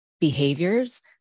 behaviors